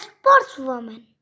sportswoman